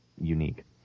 unique